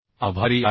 आभारी आहे